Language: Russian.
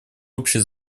общей